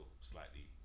slightly